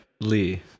Lee